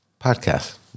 podcast